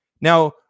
Now